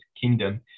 kingdom